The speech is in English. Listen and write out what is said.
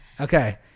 okay